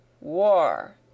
War